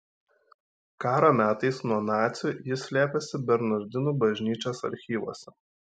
karo metais nuo nacių jis slėpėsi bernardinų bažnyčios archyvuose